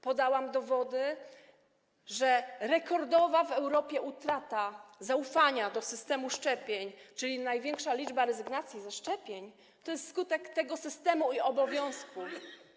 Podałam dowody, że rekordowa w Europie utrata zaufania do systemu szczepień, czyli największa liczba rezygnacji ze szczepień, to jest skutek tego systemu i obowiązku.